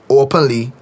openly